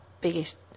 biggest